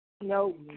No